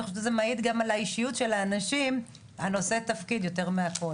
אני חושבת שזה מעיד גם על האישיות של האנשים נושאי התפקיד יותר מהכול.